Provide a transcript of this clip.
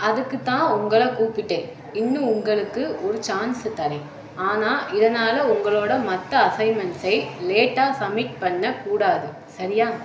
அதுக்குதான் உங்களை கூப்பிட்டேன் இன்னும் உங்களுக்கு ஒரு சான்ஸு தர்றேன் ஆனால் இதனால் உங்களோட மற்ற அசைன்மெண்ட்ஸை லேட்டாக சப்மிட் பண்ண கூடாது சரியா